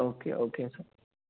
okay okay sir